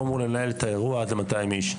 והוא אמור לנהל את האירוע עד 200 איש,